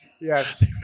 Yes